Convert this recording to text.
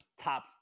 top